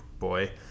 boy